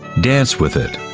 dance with it,